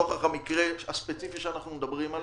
נוכח המקרה הספציפי עליו אנחנו מדברים,